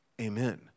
Amen